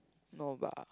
no but